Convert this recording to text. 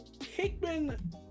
Hickman